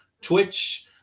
Twitch